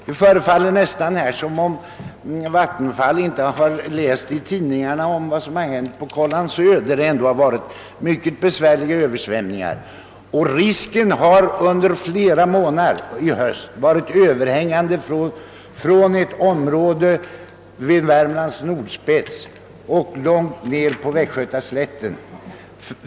Det förefaller som om man på vattenfallsverket inte läst i tidningarna om Kållandsö, där det varit mycket besvärliga översvämningar i höst. Samma risk har under flera månader varit överhängande inom ett område från Värmlands nordspets till långt ned på Västgötaslätten.